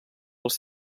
als